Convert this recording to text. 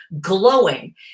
glowing